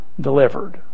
delivered